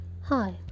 Hi